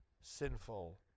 sinful